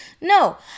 no